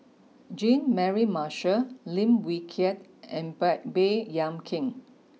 Jean Mary Marshall Lim Wee Kiak and bay Baey Yam Keng